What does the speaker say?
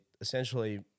essentially